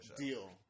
Deal